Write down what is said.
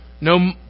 No